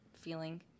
feeling